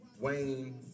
Wayne